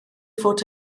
fod